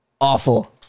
awful